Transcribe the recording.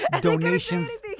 Donations